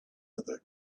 other